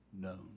known